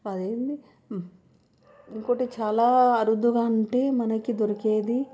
అదేంటి ఇంకోకటి చాలా అరుదుగా అంటే మనకి దొరికేది